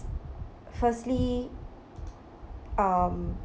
firstly um